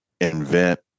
invent